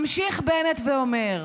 ממשיך בנט ואומר: